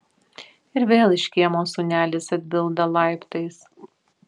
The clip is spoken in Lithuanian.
ir vėl iš kiemo sūnelis atbilda laiptais